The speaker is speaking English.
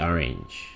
Orange